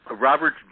Robert